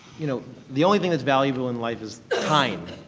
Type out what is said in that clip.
you know the only thing that's valuable in life is time.